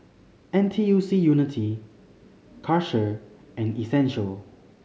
N T U C Unity Karcher and Essential